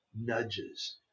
nudges